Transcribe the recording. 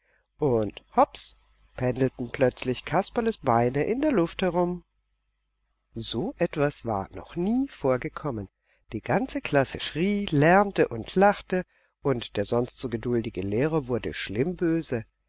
und hops pendelten plötzlich kasperles beine in der luft herum so etwas war noch nie vorgekommen die ganze klasse schrie lärmte und lachte und der sonst so geduldige lehrer wurde schlimm böse